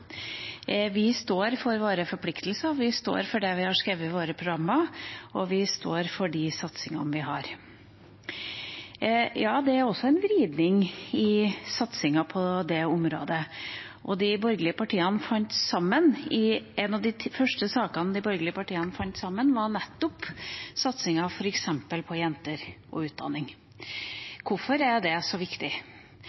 Vi står for våre forpliktelser, vi står for det vi har skrevet i våre programmer, og vi står for de satsingene vi har. Ja, det er også en vridning i satsinga på det området, og en av de første sakene de borgerlige partiene fant sammen om, var nettopp satsinga på jenter og utdanning.